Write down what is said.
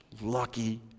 lucky